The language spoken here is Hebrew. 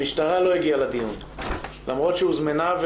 המשטרה לא הגיעה לדיון למרות שהוזמנה.